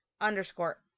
underscore